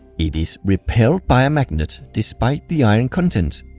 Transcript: it is repelled by a magnet despite the iron content.